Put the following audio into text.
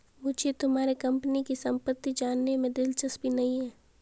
मुझे तुम्हारे कंपनी की सम्पत्ति जानने में दिलचस्पी नहीं है